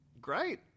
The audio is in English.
Great